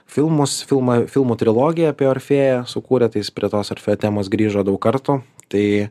filmus filmą filmų trilogiją apie orfėją sukūrė tai jis prie tos orfėjo temos grįžo daug kartų tai